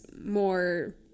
more